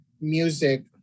music